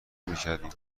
میکردیم